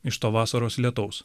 iš to vasaros lietaus